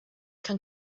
can